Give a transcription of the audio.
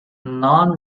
non